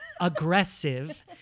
aggressive